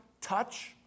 touch